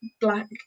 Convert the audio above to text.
black